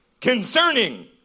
concerning